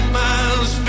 miles